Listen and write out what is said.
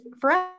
forever